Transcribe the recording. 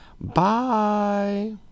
Bye